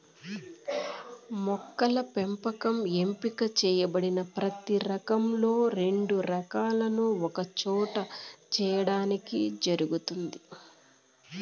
మొక్కల పెంపకం ఎంపిక చేయబడిన ప్రతి రకంలో రెండు లక్షణాలను ఒకచోట చేర్చడానికి జరుగుతుంది